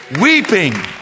Weeping